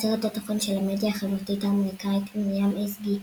יוצרת התוכן של המדיה החברתית האמריקאית מרים אזגי,